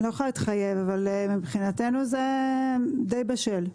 אני לא יכולה להתחייב, אבל מבחינתנו זה די בשל.